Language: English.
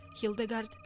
Hildegard